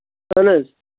اَہن حظ